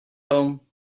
home